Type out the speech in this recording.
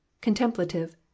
contemplative